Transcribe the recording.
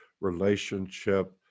relationship